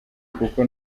kuko